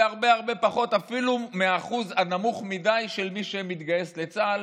זה הרבה הרבה פחות אפילו מהאחוז הנמוך מדי של מי שמתגייס לצה"ל